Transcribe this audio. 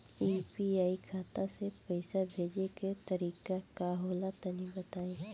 UPI खाता से पइसा भेजे के तरीका का होला तनि बताईं?